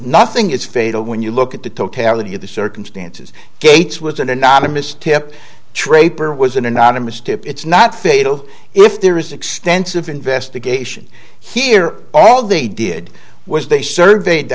nothing is fatal when you look at the totality of the circumstances gates was an anonymous tip trey pair was an anonymous tip it's not fatal if there is extensive investigation here all they did was they surveyed the